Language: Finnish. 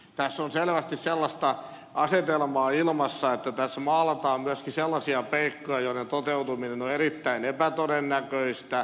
tässä on selvästi sellaista asetelmaa ilmassa että tässä maalataan myöskin sellaisia peikkoja joiden toteutuminen on erittäin epätodennäköistä